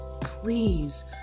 please